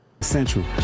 central